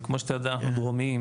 וכמו שאתה יודע אנחנו דרומיים.